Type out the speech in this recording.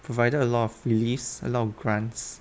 provided a lot of reliefs a lot of grants